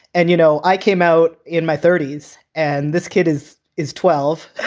and, you know, i came out in my thirty s and this kid is is twelve.